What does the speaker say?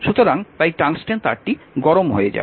সুতরাং তাই টংস্টেন তারটি গরম হয়ে যাবে